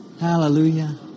Hallelujah